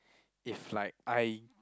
if like I